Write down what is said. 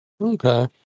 Okay